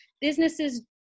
businesses